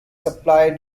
supply